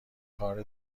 کار